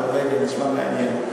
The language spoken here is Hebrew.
נורבגיה נשמע מעניין.